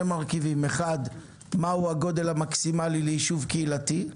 מרכיבים: 1. מה הוא הגודל המקסימלי ליישוב קהילתי,